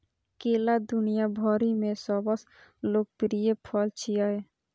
केला दुनिया भरि मे सबसं लोकप्रिय फल छियै